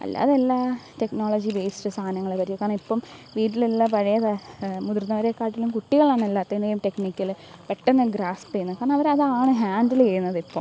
അല്ലാതെ എല്ലാ technology waste സാധനങ്ങള് വരും കാരണം ഇപ്പോള് വീട്ടിലുള്ള മുതിർന്നവരെക്കാട്ടിലും കുട്ടികളാണ് എല്ലാത്തിന്റെയും ടെക്നിക്കല് പെട്ടെന്ന് ഗ്രാസ്പെയ്യുന്നത് കാരണം അവരതാണ് ഹാന്ഡിലെയ്യുന്നത് ഇപ്പോള്